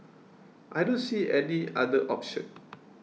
I don't see any other option